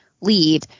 leave